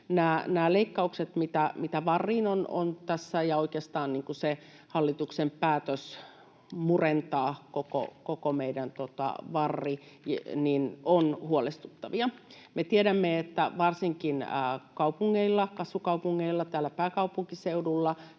Nämä leikkaukset, mitä VARiin tässä on, ja oikeastaan se hallituksen päätös murentaa koko meidän VAR ovat huolestuttavia. Me tiedämme, että varsinkin kasvukaupungeilla täällä pääkaupunkiseudulla